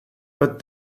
but